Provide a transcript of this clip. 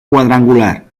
cuadrangular